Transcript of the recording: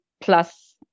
plus